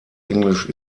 englisch